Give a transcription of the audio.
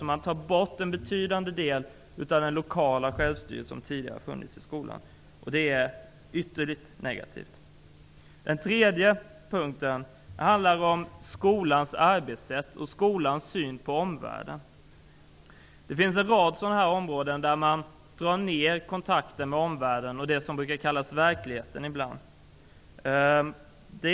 Man tar bort en betydande del av den lokala självstyrelse som tidigare har funnits i skolan. Det är ytterligt negativt. Nästa punkt handlar om skolans arbetssätt och skolans syn på omvärlden. Det finns en rad områden där man drar ner kontakten med omvärlden och det som ibland brukar kallas verkligheten.